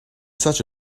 such